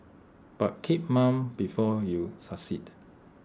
but keep mum before you succeed